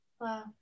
Wow